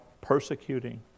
persecuting